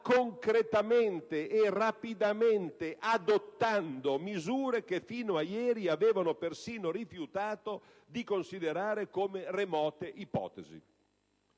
concretamente e rapidamente adottando misure che fino a ieri avevano persino rifiutato di considerare come ipotesi